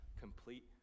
complete